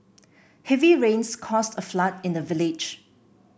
heavy rains caused a flood in the village